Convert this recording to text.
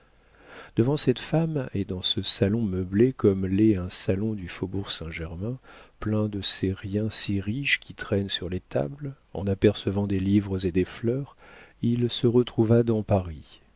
devant cette femme et dans ce salon meublé comme l'est un salon du faubourg saint-germain plein de ces riens si riches qui traînent sur les tables en apercevant des livres et des fleurs il se retrouva dans paris